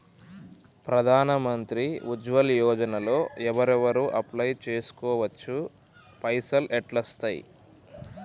ప్రధాన మంత్రి ఉజ్వల్ యోజన లో ఎవరెవరు అప్లయ్ చేస్కోవచ్చు? పైసల్ ఎట్లస్తయి?